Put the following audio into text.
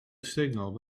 signal